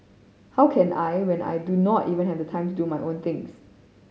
how can I when I do not even have time to do my own things